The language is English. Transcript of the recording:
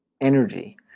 energy